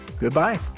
goodbye